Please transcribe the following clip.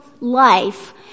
life